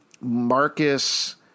Marcus